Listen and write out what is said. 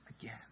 again